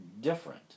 different